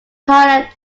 pilot